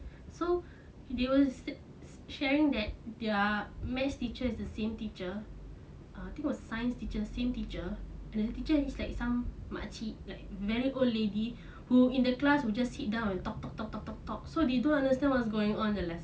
so he was sharing that their maths teacher is the same teacher I think science teacher was the same teacher the teacher is like some makcik like very old lady who in the class will just sit down and talk talk talk talk talk talk so they don't understand what's going on in the lesson